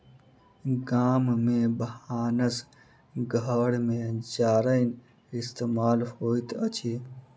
गाम में भानस घर में जारैन इस्तेमाल होइत अछि